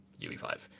UE5